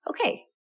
okay